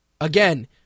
again